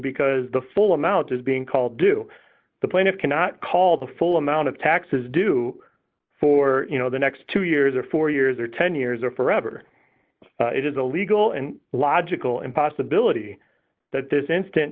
because the full amount is being called do the plaintiff cannot call the full amount of taxes due for you know the next two years or four years or ten years or forever it is a legal and logical impossibility that this instant